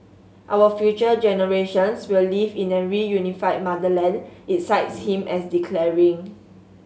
our future generations will live in a reunified motherland it cites him as declaring